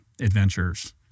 adventures